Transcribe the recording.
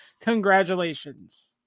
Congratulations